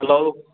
hello